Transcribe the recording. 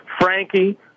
Frankie